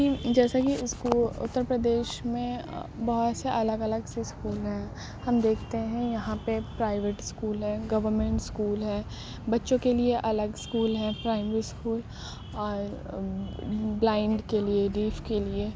جیسا کہ اس کو اتر پردیش میں بہت سے الگ الگ اسکول ہیں ہم دیکھتے ہیں یہاں پہ پرائیوٹ اسکول ہیں گورمنٹ اسکول ہے بچوں کے لیے الگ اسکول ہیں پرائمری اسکول اور بلائنڈ کے لیے ڈیف کے لیے